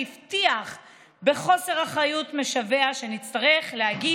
שהבטיח בחוסר אחריות משווע שנצטרך להגיד